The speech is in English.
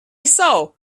saw